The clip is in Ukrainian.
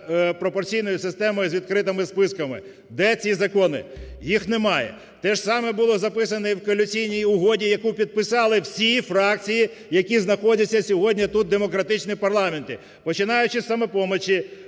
пропорційною системою з відкритими списками". Де ці закони? Їх немає. Те ж саме було записано і в Коаліційній угоди, яку підписали всі фракції, які знаходяться сьогодні тут в демократичному парламенті, починаючи з "Самопомочі",